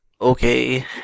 okay